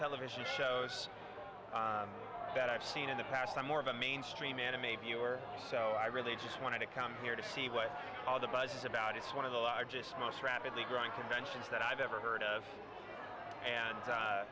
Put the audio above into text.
television shows that i've seen in the past i'm more of a mainstream man i'm a viewer so i really just wanted to come here to see what all the buzz is about it's one of the largest most rapidly growing conventions that i've ever heard of and